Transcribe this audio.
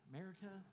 America